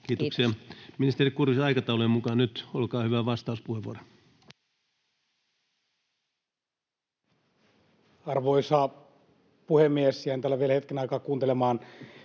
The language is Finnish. Kiitoksia. — Ministeri Kurvisen aikataulujen mukaan nyt vastauspuheenvuoro, olkaa hyvä. Arvoisa puhemies! Jäin tänne vielä hetken aikaa kuuntelemaan